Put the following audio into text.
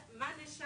העובדים